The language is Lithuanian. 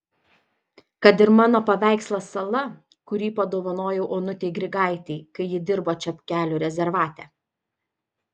kad ir mano paveikslas sala kurį padovanojau onutei grigaitei kai ji dirbo čepkelių rezervate